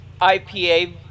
ipa